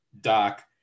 Doc